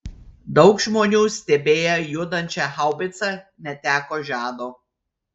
daug žmonių stebėję judančią haubicą neteko žado